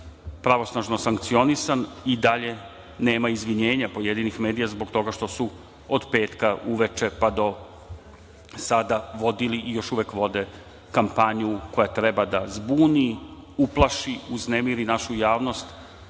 pravosnažno sankcionisan, i dalje nema izvinjenja pojedinih medija zbog toga što su od petka uveče pa do sa vodili i još uvek vode kampanju koja treba da zbuni, uplaši, uznemiri našu javnost,